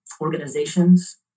organizations